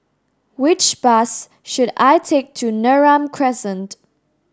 which bus should I take to Neram Crescent